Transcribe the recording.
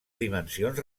dimensions